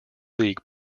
league